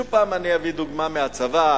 שוב אביא דוגמה מהצבא,